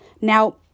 Now